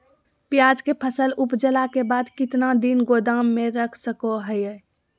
प्याज के फसल उपजला के बाद कितना दिन गोदाम में रख सको हय?